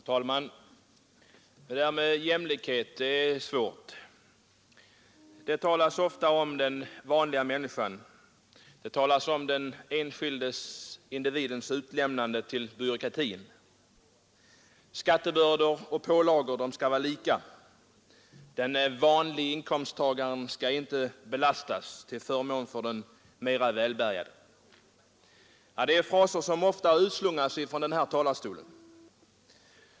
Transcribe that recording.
Herr talman! Det där med jämlikhet är svårt. Det talas ofta om den vanliga människan, det talas om den enskilde individens utlämnande till byråkratin. Skattebördor och pålagor skall vara lika. Den vanlige inkomsttagaren skall inte belastas till förmån för den mera välbärgade. Det är fraser som ofta utslungas från den här talarstolen.